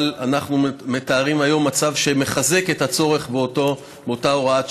אבל אנחנו מתארים היום מצב שמחזק את הצורך באותה הוראת שעה.